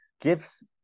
gives